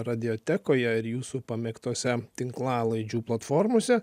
radiotekoje ir jūsų pamėgtose tinklalaidžių platformose